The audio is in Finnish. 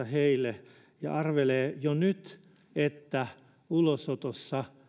heille ja arvelee jo nyt että ulosotossa